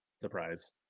Surprise